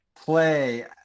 play